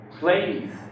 Ladies